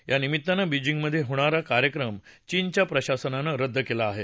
या निमित्तानं बीजिंग मध्ये होणारा कार्यक्रम चीनच्या प्रशासनानं रद्द केला आहे